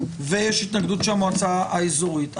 ויש התנגדות של המועצה האזורית,